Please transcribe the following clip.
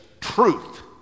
truth